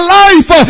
life